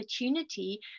opportunity